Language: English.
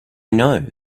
know